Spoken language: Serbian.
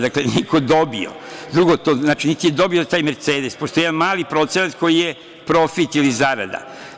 Dakle, nije niko dobio, drugo, niti je dobio taj „mercedes“, postoji jedan mali procenat koji je profit ili zarada.